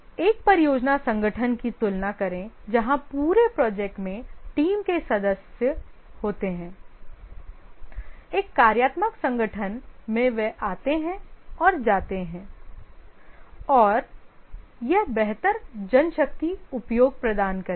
एक परियोजना संगठन की तुलना करें जहां पूरे प्रोजेक्ट में टीम के सदस्य होते हैं एक कार्यात्मक संगठन में वे आते हैं और जाते हैं और यह बेहतर जनशक्ति उपयोग प्रदान करता है